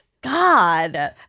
God